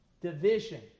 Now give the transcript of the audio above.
Division